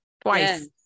twice